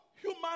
human